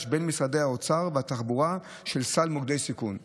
בין משרדי האוצר והתחבורה לסל מוקדי סיכון.